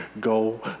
go